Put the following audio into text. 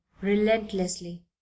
relentlessly